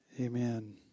Amen